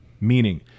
meaning